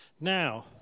Now